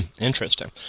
interesting